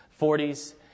40s